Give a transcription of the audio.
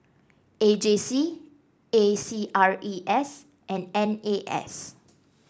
A J C A C R E S and N A S